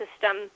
system